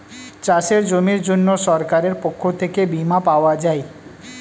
চাষের জমির জন্য সরকারের পক্ষ থেকে বীমা পাওয়া যায়